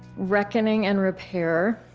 reckoning and repair.